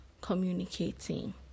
communicating